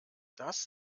das